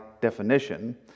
definition